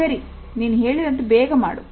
ಸರಿ ನೀನು ಹೇಳಿದಂತೆ ಬೇಗ ಮಾಡು